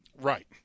Right